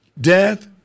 death